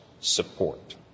support